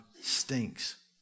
stinks